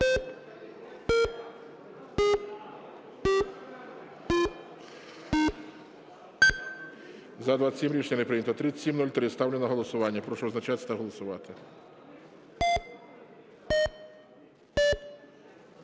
За-29 Рішення не прийнято. 3705. Ставлю на голосування. Прошу визначатися та голосувати.